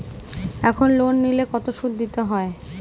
এখন লোন নিলে কত সুদ দিতে হয়?